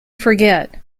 forget